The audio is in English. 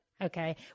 Okay